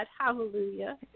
hallelujah